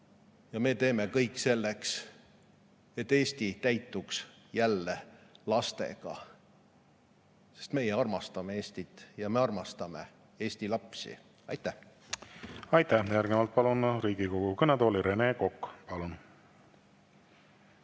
Me teeme kõik selleks, et Eesti täituks jälle lastega, sest meie armastame Eestit ja me armastame Eesti lapsi. Aitäh! Järgnevalt palun Riigikogu kõnetooli Rene Koka. Palun!